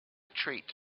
treat